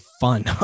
fun